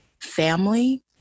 family